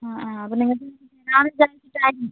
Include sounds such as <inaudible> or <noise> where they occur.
ആ ആ അപ്പോൾ നിങ്ങൾക്ക് <unintelligible>